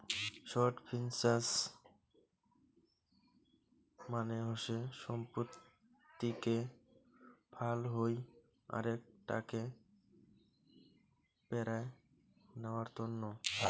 short finance মানে হসে সম্পত্তিকে ফাল হই আরেক টাকে পেরায় নেয়ার তন্ন